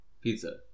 Pizza